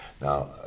Now